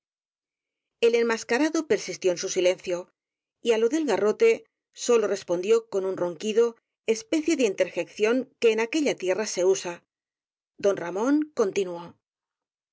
el enmascarado persistió en su silencio y á lo del garrote sólo respondió con un ronquido espe cie de interjección que en aquella tierra se usa don ramón continuó